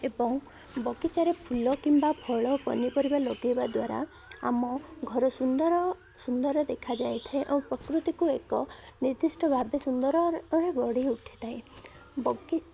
ଏବଂ ବଗିଚାରେ ଫୁଲ କିମ୍ବା ଫଳ ପନିପରିବା ଲଗେଇବା ଦ୍ୱାରା ଆମ ଘର ସୁନ୍ଦର ସୁନ୍ଦର ଦେଖାଯାଇଥାଏ ଓ ପ୍ରକୃତିକୁ ଏକ ନିର୍ଦ୍ଦିଷ୍ଟ ଭାବେ ସୁନ୍ଦରରେ ଗଢ଼ି ଉଠିଥାଏ ବଗି